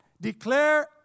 Declare